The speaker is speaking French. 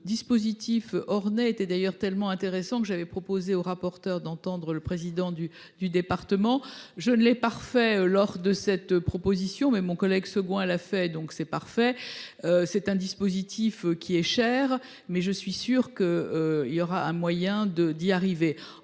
ce dispositif. Était d'ailleurs tellement intéressant que j'avais proposé au rapporteur d'entendre le président du du département. Je ne l'ai parfait lors de cette proposition, mais mon collègue second à la fait donc c'est parfait. C'est un dispositif qui est cher mais je suis sûr que. Il y aura un moyen de, d'y arriver.